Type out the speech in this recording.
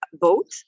boat